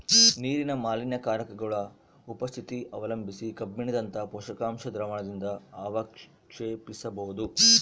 ನೀರಿನ ಮಾಲಿನ್ಯಕಾರಕಗುಳ ಉಪಸ್ಥಿತಿ ಅವಲಂಬಿಸಿ ಕಬ್ಬಿಣದಂತ ಪೋಷಕಾಂಶ ದ್ರಾವಣದಿಂದಅವಕ್ಷೇಪಿಸಬೋದು